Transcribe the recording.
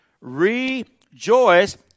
Rejoice